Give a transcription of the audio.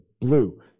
blue